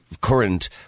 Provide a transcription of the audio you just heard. current